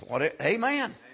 Amen